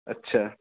اچھا